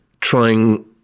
trying